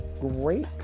great